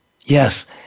Yes